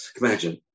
Imagine